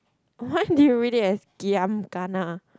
why did you read it as giam kana